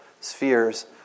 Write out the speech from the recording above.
spheres